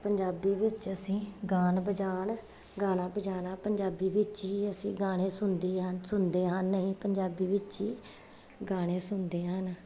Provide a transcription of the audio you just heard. ਪੰਜਾਬੀ ਵਿੱਚ ਅਸੀਂ ਗਾਉਣ ਬਜਾਉਣ ਗਾਉਣਾ ਬਜਾਉਣਾ ਪੰਜਾਬੀ ਵਿੱਚ ਹੀ ਅਸੀਂ ਗਾਣੇ ਸੁਣਦੇ ਹਨ ਸੁਣਦੇ ਹਨ ਅਸੀਂ ਪੰਜਾਬੀ ਵਿੱਚ ਹੀ ਗਾਣੇ ਸੁਣਦੇ ਹਨ